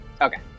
Okay